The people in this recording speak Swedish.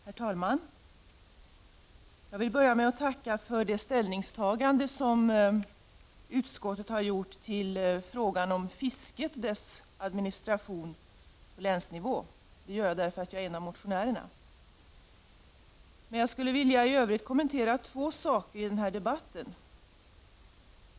Herr talman! Jag vill börja med att tacka för det ställningstagande som utskottet har gjort beträffande fiskets administration på länsnivå. Det gör jag eftersom jag är en av motionärerna. Jag skulle i övrigt vilja kommentera två saker i denna debatt.